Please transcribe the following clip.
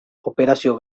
operazio